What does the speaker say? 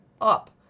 up